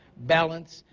balance,